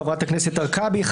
חברת הכנסת הרכבי,